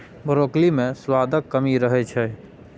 broccoli मे सुआदक कमी रहै छै